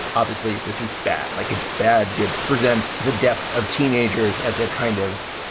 obviously this is bad, like it's bad. you present the deaths of teenagers as a kind of,